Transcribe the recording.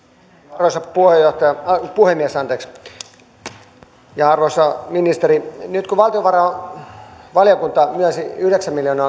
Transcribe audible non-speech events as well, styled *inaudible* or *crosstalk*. arvoisa puhemies arvoisa ministeri nyt kun valtiovarainvaliokunta myönsi yhdeksän miljoonaa *unintelligible*